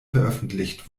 veröffentlicht